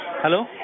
Hello